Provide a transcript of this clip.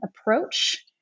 approach